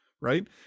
right